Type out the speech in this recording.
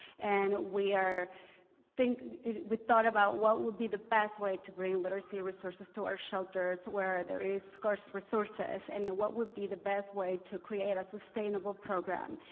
and we are think we thought about what would be the best way to bring literacy resources to our shelters where there is of course, resources and what would be the best way to create a sustainable program.